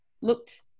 looked